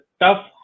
tough